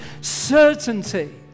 Certainty